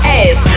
ass